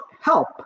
help